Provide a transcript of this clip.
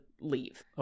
leave